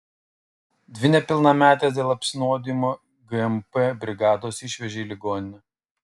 dvi nepilnametes dėl apsinuodijimo gmp brigados išvežė į ligoninę